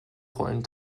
rollen